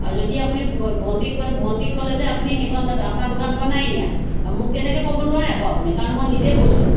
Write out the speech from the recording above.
আৰু যদি আপুনি ভণ্টিক কৈ ভণ্টিক ক'লে যে আপুনি সেইখন আপোনাৰ দোকানৰ পৰা নাই নিয়া মোক তেনেকৈ ক'ব নোৱাৰে আকৌ আপুনি কাৰণ মই নিজে গৈছো